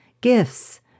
gifts